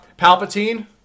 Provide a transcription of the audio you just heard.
palpatine